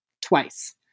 twice